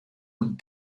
und